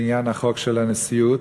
בעניין החוק של הנשיאות.